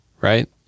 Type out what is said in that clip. right